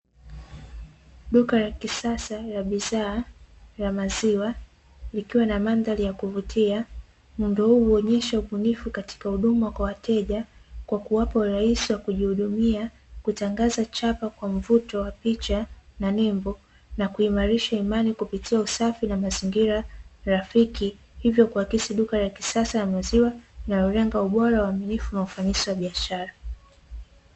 Duka la kisasa la bidhaa la maziwa, likiwa na mandhari ya kuvutia. Muundo huu huonyesha ubunifu katika huduma kwa wateja kwa kuwapa urahisi wa kujihudumia, kutangaza chapa kwa mvuto wa picha na nembo, na kuimarisha imani kupitia usafi na mazingira rafiki, hivyo kuakisi duka la kisasa la maziwa linalolenga ubora, uaminifu na ufanisi wa biashara.